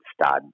stud